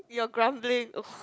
your grumbling !ugh!